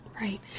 Right